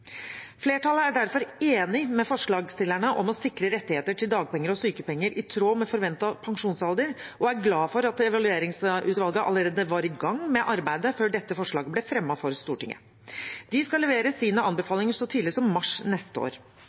Flertallet er derfor enig med forslagsstillerne om å sikre rettigheter til dagpenger og sykepenger i tråd med forventet pensjonsalder, og er glad for at evalueringsutvalget allerede var i gang med arbeidet før dette forslaget ble fremmet for Stortinget. De skal levere sine anbefalinger så tidlig som i mars neste år.